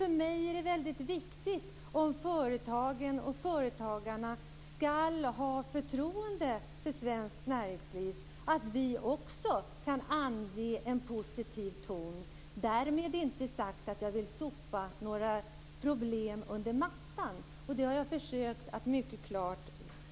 För mig är det viktigt, om företagen och företagarna skall ha förtroende för svenskt näringsliv, att vi också kan ange en positiv ton. Därmed inte sagt att jag vill sopa några problem under mattan. Det har jag försökt säga mycket klart.